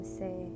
say